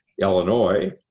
Illinois